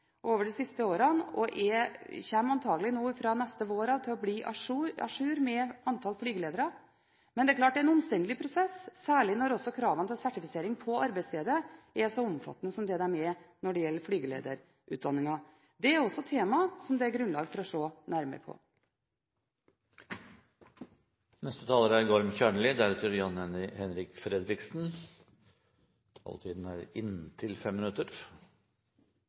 over de siste årene, og vi kommer antagelig nå fra neste vår til å bli à jour når det gjelder antall flygeledere. Men det er klart at det er en omstendelig prosess, særlig når også kravene til sertifisering på arbeidsstedet er så omfattende som det de er når det gjelder flygelederutdanningen. Det er også tema som det er grunnlag for å se nærmere på. Utgangspunktet for denne interpellasjonen er